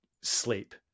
sleep